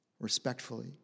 respectfully